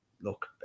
look